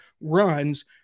runs